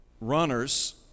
runners